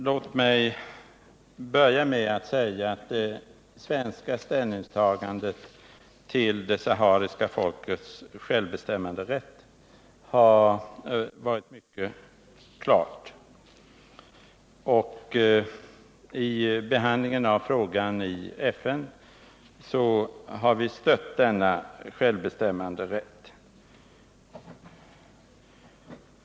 Låt mig börja med att säga att det svenska ställningstagandet till det sahariska folkets självbestämmanderätt har varit mycket klart och i behandlingen av frågan i FN har vi stött denna självbestämmanderätt.